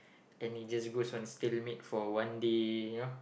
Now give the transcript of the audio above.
and it just goes on stimulate for one day you know